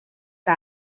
que